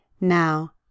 Now